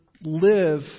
live